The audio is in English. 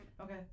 Okay